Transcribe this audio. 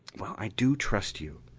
well, i do trust you.